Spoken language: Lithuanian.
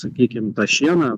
sakykim tą šieną